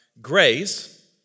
grace